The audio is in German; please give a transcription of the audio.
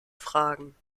fragen